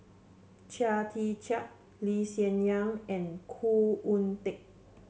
Chia Tee Chiak Lee Hsien Yang and Khoo Oon Teik